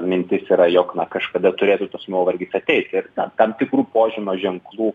mintis yra jog kažkada turėtų tas nuovargis ateiti ir tam tikrų požymio ženklų